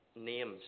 names